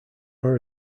are